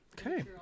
Okay